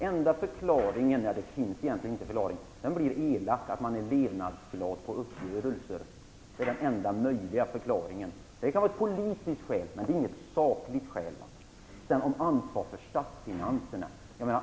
Enda förklaringen - det finns egentligen inte någon förklaring - tvingar mig att bli elak, nämligen att man är levnadsglad på uppgörelser. Det är den enda möjliga förklaringen. Det är ett politiskt skäl, men det är inget sakligt skäl. Sedan till ansvaret för statsfinanserna.